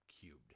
cubed